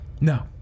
No